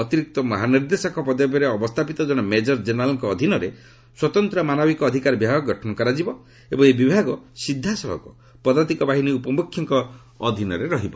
ଅତିରିକ୍ତ ମହାନିର୍ଦ୍ଦେଶକ ପଦବୀରେ ଅବସ୍ଥାପିତ କଣେ ମେଜର୍ ଜେନେରାଲ୍ଙ୍କ ଅଧୀନରେ ସ୍ୱତନ୍ତ୍ର ମାନବିକ ଅଧିକାର ବିଭାଗ ଗଠନ କରାଯିବ ଏବଂ ଏହି ବିଭାଗ ସିଧାସଳଖ ପଦାତିକ ବାହିନୀ ଉପମୁଖ୍ୟଙ୍କ ଅଧୀନରେ ରହିବ